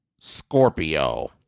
Scorpio